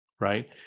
right